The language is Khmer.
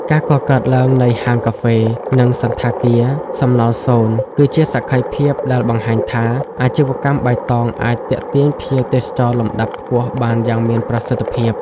ការកកើតឡើងនៃហាងកាហ្វេ និងសណ្ឋាគារ "សំណល់សូន្យ" គឺជាសក្ខីភាពដែលបង្ហាញថា អាជីវកម្មបៃតងអាចទាក់ទាញភ្ញៀវទេសចរលំដាប់ខ្ពស់បានយ៉ាងមានប្រសិទ្ធភាព។